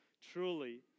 truly